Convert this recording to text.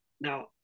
now